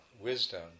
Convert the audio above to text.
wisdom